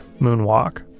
Moonwalk